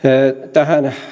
tähän